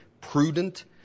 prudent